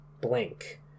Blank